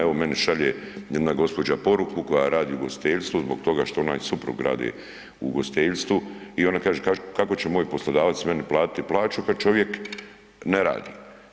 Evo, meni šalje jedna gospođa poruku koja radi u ugostiteljstvu zbog toga što ona i suprug rade u ugostiteljstvu i ona kaže kao će moj poslodavac meni platiti plaću kad čovjek ne radi.